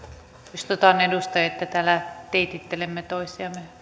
muistutan edustajaa että täällä teitittelemme toisiamme